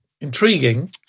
intriguing